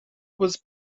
was